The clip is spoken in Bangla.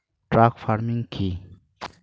ট্রাক ফার্মিং কি?